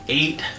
eight